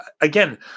Again